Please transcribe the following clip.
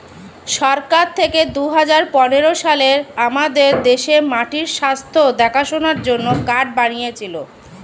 সরকার থেকে দুহাজার পনেরো সালে আমাদের দেশে মাটির স্বাস্থ্য দেখাশোনার জন্যে কার্ড বানিয়েছিলো